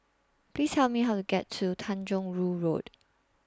Please Tell Me How to get to Tanjong Rhu Road